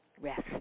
rest